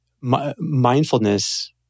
mindfulness